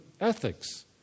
ethics